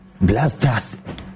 blasters